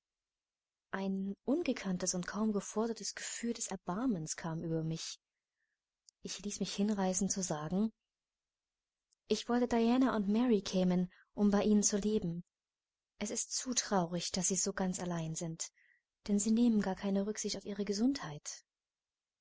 ein ungekanntes und kaum gefordertes gefühl des erbarmens kam über mich ich ließ mich hinreißen zu sagen ich wollte diana und mary kämen um bei ihnen zu leben es ist zu traurig daß sie so ganz allein sind denn sie nehmen gar keine rücksicht auf ihre gesundheit